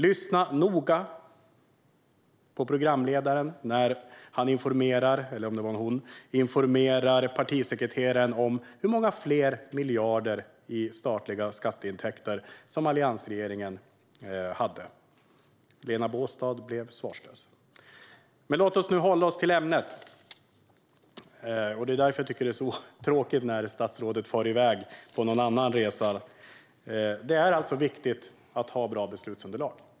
Lyssna noga på programledaren när han - eller om det var en hon - informerar partisekreteraren om hur många fler miljarder i statliga skatteintäkter som alliansregeringen hade. Lena Baastad blev svarslös. Men låt oss nu hålla oss till ämnet. Det är därför det är så tråkigt när statsrådet far iväg på någon annan resa. Det är alltså viktigt att ha bra beslutsunderlag.